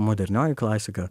modernioji klasika